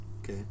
Okay